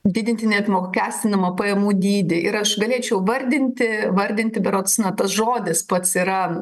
didinti neapmokestinamą pajamų dydį ir aš galėčiau vardinti vardinti berods na tas žodis pats yra